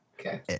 Okay